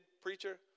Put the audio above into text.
preacher